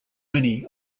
many